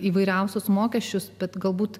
įvairiausius mokesčius bet galbūt